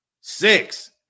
Six